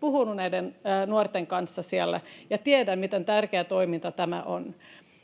puhunut näiden nuorten kanssa siellä, ja tiedän, miten tärkeää toimintaa tämä on.